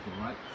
right